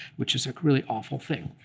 which is a really awful thing.